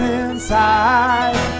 inside